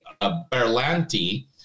Berlanti